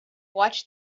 watched